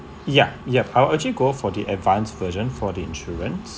ya yup I will actually go for the advanced version for the insurance